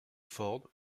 ford